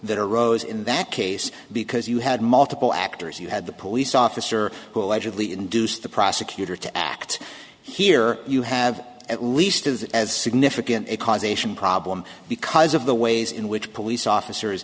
that arose in that case because you had multiple actors you had the police officer who allegedly induced the prosecutor to act here you have at least as as significant a causation problem because of the ways in which police officers